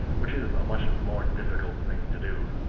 which is a much more difficult thing to do